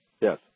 yes